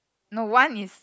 no one is